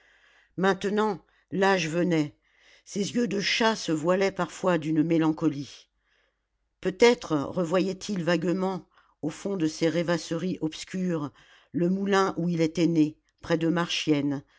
maintenant l'âge venait ses yeux de chat se voilaient parfois d'une mélancolie peut-être revoyait il vaguement au fond de ses rêvasseries obscures le moulin où il était né près de marchiennes